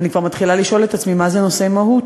ואני כבר מתחילה לשאול את עצמי מה זה נושאי מהות.